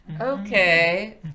okay